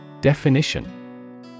Definition